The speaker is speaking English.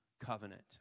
covenant